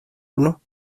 uno